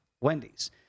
Wendy's